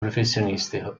professionistico